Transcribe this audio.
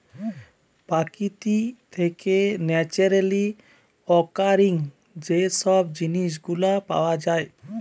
প্রকৃতি থেকে naturally occurring যে সব জিনিস গুলা পাওয়া যায়